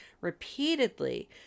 repeatedly